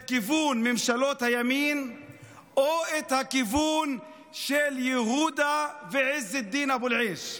את כיוון ממשלות הימין או את הכיוון של יהודה ועז א-דין אבו אל-עיש.